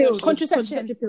contraception